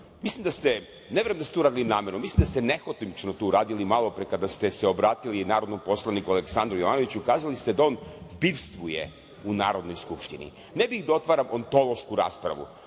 Brnabić, ne verujem da ste to uradili namerno, mislim da ste nehotično to uradili, malo pre, kada ste se obratili narodnom poslaniku Aleksandru Jovanoviću. Kazali ste da on "bivstvuje" u Narodnoj skupštini. Ne bih da otvaram ontološku raspravu